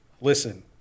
Listen